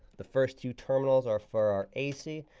the first two terminals are for our ac.